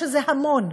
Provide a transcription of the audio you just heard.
שזה המון,